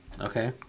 okay